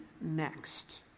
next